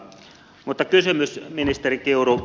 mutta kysymys ministeri kiuru